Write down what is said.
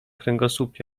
kręgosłup